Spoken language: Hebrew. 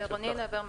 אני